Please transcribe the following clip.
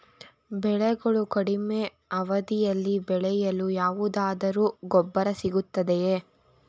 ಬೆಳೆಗಳು ಕಡಿಮೆ ಅವಧಿಯಲ್ಲಿ ಬೆಳೆಯಲು ಯಾವುದಾದರು ಗೊಬ್ಬರ ಸಿಗುತ್ತದೆಯೇ?